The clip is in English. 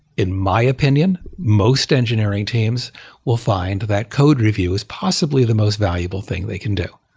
in my opinion, most engineering teams will find that code review is possibly the most valuable thing they can do,